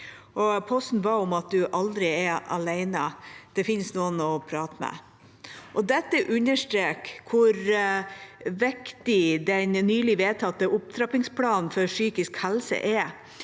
posten skrev hun at du aldri er alene, og at det finnes noen å prate med. Dette understreker hvor viktig den nylig vedtatte opptrappingsplanen for psykisk helse er.